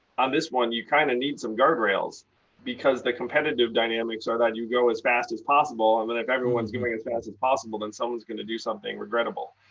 on this one, you kind of need some guardrails because the competitive dynamics are that you go as fast as possible. and then if everyone's going as fast as possible, then someone's gonna do something regrettable.